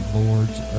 lords